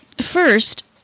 first